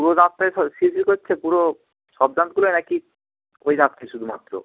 পুরো দাঁতটাই শিরশির করছে পুরো সব দাঁতগুলোয় না কি ওই দাঁতটাই শুধুমাত্র